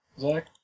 Zach